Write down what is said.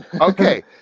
Okay